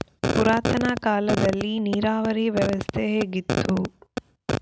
ಪುರಾತನ ಕಾಲದಲ್ಲಿ ನೀರಾವರಿ ವ್ಯವಸ್ಥೆ ಹೇಗಿತ್ತು?